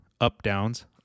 up-downs